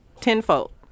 tenfold